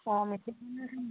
অঁ